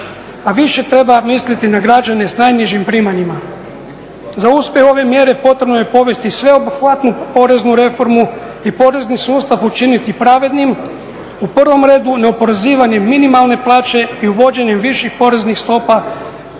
a više treba misliti na građane sa najnižim primanjima. Za uspjeh ove mjere potrebno je povesti sveobuhvatnu poreznu reformu i porezni sustav učiniti pravednim. U prvom redu neoporezivanjem minimalne plaće i uvođenjem viših poreznih stopa